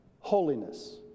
Holiness